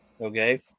Okay